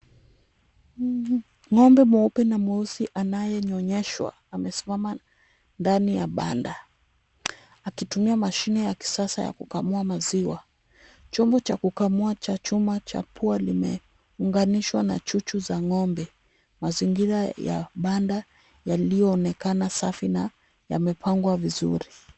Ng'ombe mweupe na mweusi anayenyonyeshwa amesimama ndani ya banda akitumia mashine ya kisasa ya kukamua maziwa. Chombo cha kukamua cha chuma cha pua limeunganishwa na chuchu za ng'ombe. Mazingira ya banda yaliyoonekana safi na yamepangwa vizuri.